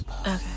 Okay